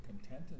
content